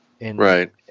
Right